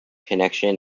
connection